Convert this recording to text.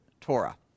Torah